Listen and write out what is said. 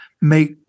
make